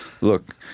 Look